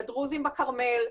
לדרוזים בכרמל,